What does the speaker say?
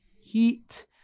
heat